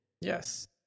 Yes